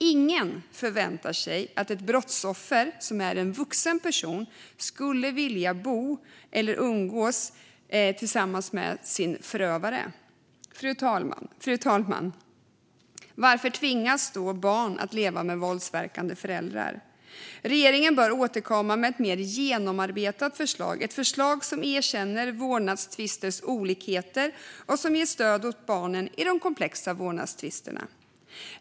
Ingen förväntar sig att ett brottsoffer som är en vuxen person vill umgås eller bo med sin förövare, fru talman. Varför tvingas då barn leva med våldsamma föräldrar? Regeringen bör återkomma med ett mer genomarbetat förslag, ett förslag som erkänner vårdnadstvisters olikheter och ger stöd åt barnen i de komplexa vårdnadstvisterna.